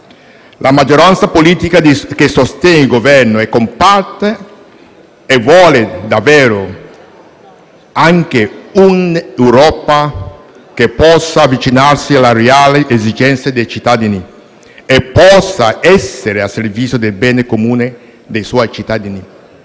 La maggioranza politica che sostiene il Governo è compatta e vuole davvero un'Europa che possa avvicinarsi alle reali esigenze dei cittadini e essere al servizio del bene comune dei suoi cittadini.